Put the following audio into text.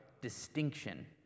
distinction